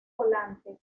volante